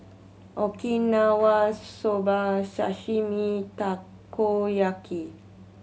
Okinawa Soba Sashimi Takoyaki